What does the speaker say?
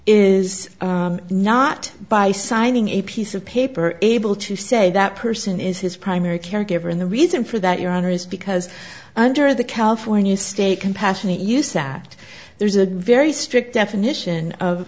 is not by signing a piece of paper able to say that person is his primary caregiver and the reason for that your honor is because under the california state compassionate use that there's a very strict definition of